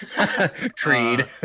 creed